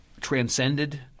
transcended